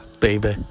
baby